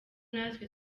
natwe